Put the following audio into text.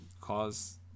cause